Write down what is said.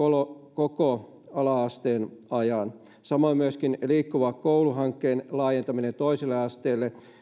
koko ala asteen ajan samoin myöskin liikkuva koulu hankkeen laajentaminen toiselle asteelle